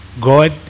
god